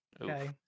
Okay